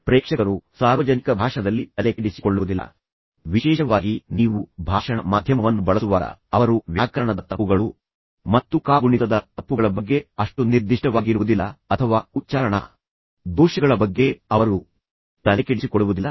ಪ್ರೇಕ್ಷಕರು ಸಾರ್ವಜನಿಕ ಭಾಷಣದಲ್ಲಿ ತಲೆಕೆಡಿಸಿಕೊಳ್ಳುವುದಿಲ್ಲ ವಿಶೇಷವಾಗಿ ನೀವು ಭಾಷಣ ಮಾಧ್ಯಮವನ್ನು ಬಳಸುವಾಗ ಅವರು ವ್ಯಾಕರಣದ ತಪ್ಪುಗಳು ಮತ್ತು ಕಾಗುಣಿತದ ತಪ್ಪುಗಳ ಬಗ್ಗೆ ಅಷ್ಟು ನಿರ್ದಿಷ್ಟವಾಗಿರುವುದಿಲ್ಲ ಅಥವಾ ನೀವು ಮಾಡುವ ಸಾಧ್ಯತೆಯಿರುವ ಸಣ್ಣ ಉಚ್ಚಾರಣಾ ದೋಷಗಳ ಬಗ್ಗೆ ಅವರು ತಲೆಕೆಡಿಸಿಕೊಳ್ಳುವುದಿಲ್ಲ ಅವರು ಅದರ ಬಗ್ಗೆ ತಲೆಕೆಡಿಸಿಕೊಳ್ಳುವುದಿಲ್ಲ